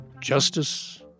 Justice